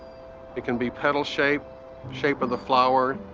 it can be petal shaped shape of the flower,